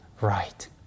right